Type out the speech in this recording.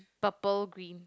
purple green